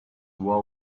war